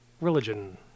religion